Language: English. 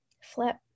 Flip